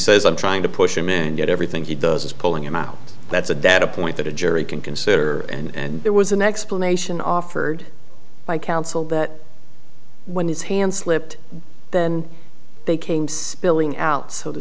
says i'm trying to push him in and get everything he does is pulling him out that's a data point that a jury can consider and there was an explanation offered by counsel that when his hand slipped then they came spilling out so to